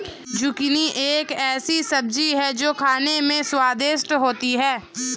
zucchini एक ऐसी सब्जी है जो खाने में स्वादिष्ट होती है